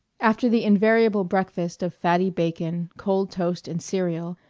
after the invariable breakfast of fatty bacon, cold toast, and cereal,